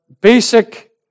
basic